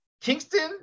Kingston